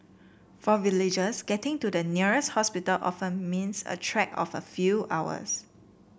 for villagers getting to the nearest hospital often means a trek of a few hours